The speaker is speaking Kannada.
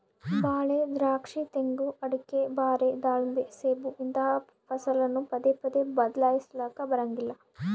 ಬಾಳೆ, ದ್ರಾಕ್ಷಿ, ತೆಂಗು, ಅಡಿಕೆ, ಬಾರೆ, ದಾಳಿಂಬೆ, ಸೇಬು ಇಂತಹ ಫಸಲನ್ನು ಪದೇ ಪದೇ ಬದ್ಲಾಯಿಸಲಾಕ ಬರಂಗಿಲ್ಲ